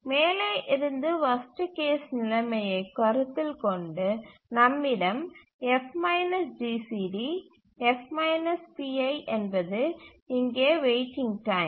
மேலே இருந்து worst case நிலைமையைக் கருத்தில் கொண்டு நம்மிடம் F GCD F pi என்பது இங்கே வெயிட்டிங் டைம்